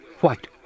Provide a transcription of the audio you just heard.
White